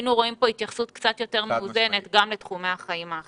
היינו רואים פה התייחסות קצת יותר מאוזנת גם בתחומי החיים האחרים.